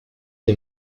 des